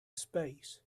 space